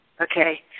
okay